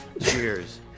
Cheers